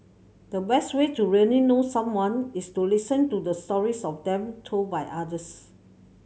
the best way to really know someone is to listen to the stories of them told by others